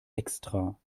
extra